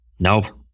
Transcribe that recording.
no